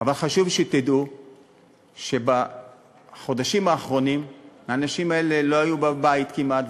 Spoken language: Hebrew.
אבל חשוב שתדעו שבחודשים האחרונים הם לא היו בבית כמעט,